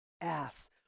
ass